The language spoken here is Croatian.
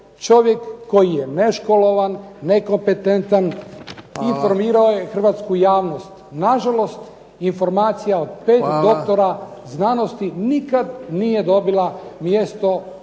Čovjek koji je neškolovan, nekompetentan informirao je Hrvatsku javnosti. Na žalost informacija od pet doktora znanosti nikada nije dobila mjesto u